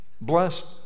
Blessed